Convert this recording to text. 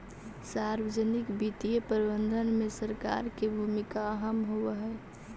सार्वजनिक वित्तीय प्रबंधन में सरकार के भूमिका अहम होवऽ हइ